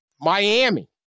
Miami